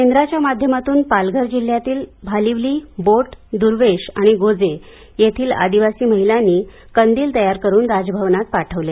केंद्राच्या माध्यमातून पालघर जिल्ह्यातील भालिवली बोट दुर्वेश आणि गोजे येथील आदिवासी महिलांनी कंदील तयार करून राजभवनात पाठवले